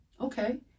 okay